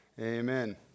amen